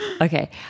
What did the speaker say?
Okay